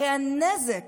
הרי הנזק